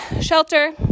shelter